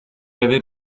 aver